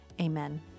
Amen